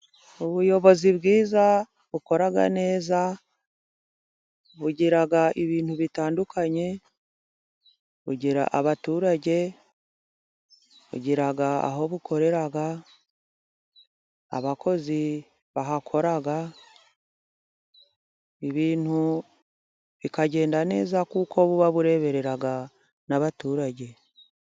Ubuyobozi bwiza bukora neza, bugira ibintu bitandukanye, bugira abaturage, bugira aho bukorera, abakozi bahakora, ibintu bikagenda neza, kuko buba bureberera n'abaturage.